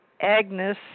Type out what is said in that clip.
Agnes